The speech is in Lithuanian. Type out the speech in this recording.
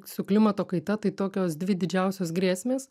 su klimato kaita tai tokios dvi didžiausios grėsmės